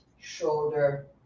shoulder